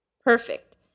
Perfect